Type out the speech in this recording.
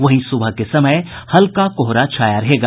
वहीं सुबह के समय हल्का कोहरा छाया रहेगा